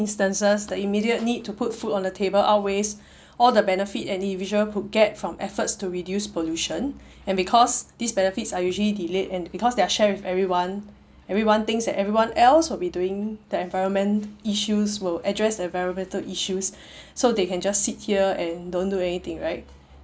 instances the immediate need to put food on the table outweighs all the benefit any individual could get from efforts to reduce pollution and because these benefits are usually delayed and because their share with everyone everyone thinks that everyone else will be doing the environment issues will address environmental issues so they can just sit here and don't do anything right